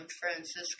Francisco